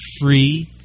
free